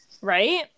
Right